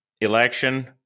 election